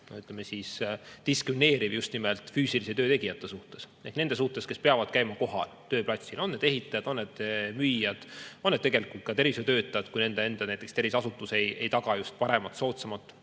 siis, diskrimineeriv just nimelt füüsilise töö tegijate suhtes ehk nende suhtes, kes peavad käima kohal tööplatsil, on need ehitajad, on need müüjad, on need ka tervishoiutöötajad, kui nende enda tervishoiuasutus ei taga just paremat, soodsamat